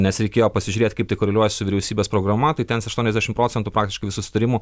nes reikėjo pasižiūrėt kaip tai koreliuoja su vyriausybės programa tai ten aštuoniasdešim procentų praktiškai visų susitarimų